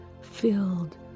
filled